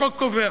החוק קובע